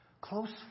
Close